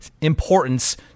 importance